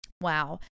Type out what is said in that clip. wow